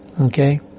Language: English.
Okay